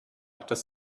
das